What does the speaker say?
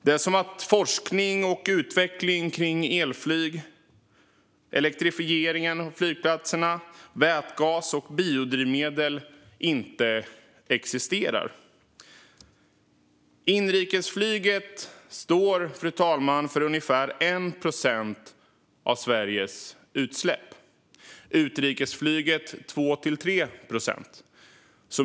Det är som om forskning och utveckling kring elflyg, vätgas, biodrivmedel och elektrifiering av flygplatser inte existerar. Fru talman! Inrikesflyget står för ungefär 1 procent av Sveriges utsläpp. Utrikesflyget står för 2-3 procent.